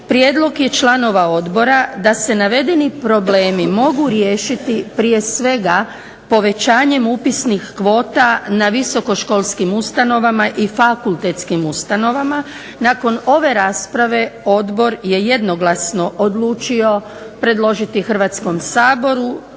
prijedlog je članova odbora da se navedeni problemi mogu riješiti prije svega povećanjem upisnih kvota na visoko školskim ustanovama i fakultetskim ustanovama. Nakon ove rasprave odbor je jednoglasno odlučio predložiti Hrvatskom saboru